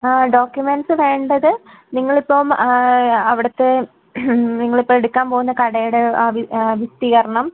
ആ ഡോക്യൂമെൻസ് വേണ്ടത് നിങ്ങൾ ഇപ്പോൾ അവിടുത്തെ നിങ്ങൾ ഇപ്പോൾ എടുക്കാൻ പോകുന്ന കടയുടെ വിസ്തീർണം